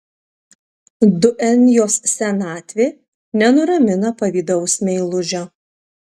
duenjos senatvė nenuramina pavydaus meilužio